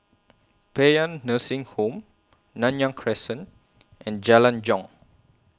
Paean Nursing Home Nanyang Crescent and Jalan Jong